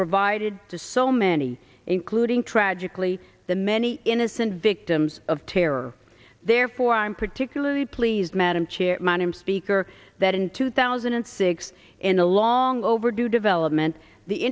provided to so many including tragically the many innocent victims of terror therefore i am particularly pleased madam chair my name speaker that in two thousand and six in a long overdue development the